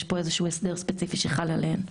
יש פה איזשהו הסדר ספציפי שחל עליהן.